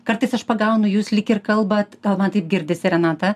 kartais aš pagaunu jūs lyg ir kalbat man taip girdisi renata